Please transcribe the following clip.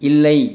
இல்லை